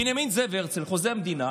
בנימין זאב הרצל חוזה המדינה,